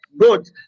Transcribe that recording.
good